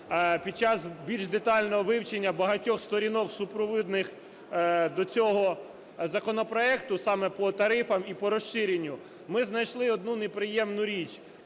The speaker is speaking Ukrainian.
Під час більш детального вивчення багатьох сторінок супровідних до цього законопроекту, саме по тарифах і по розширенню, ми знайшли одну неприємну річ.